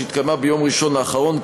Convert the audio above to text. שהתקיימו ביום ראשון האחרון,